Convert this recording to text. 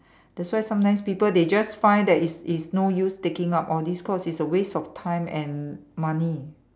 that's why sometimes people they just find that is is no use taking up all these course it's a waste of time and money